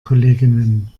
kolleginnen